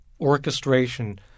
orchestration